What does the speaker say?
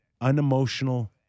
Unemotional